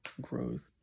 growth